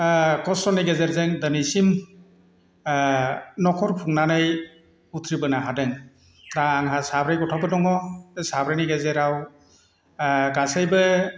खस्थ'नि गेजेरजों दिनैसिम न'खर खुंनानै उथ्रिबोनो हादों दा आंहा साब्रै गथ'फोर दङ साब्रैनि गेजेराव गासैबो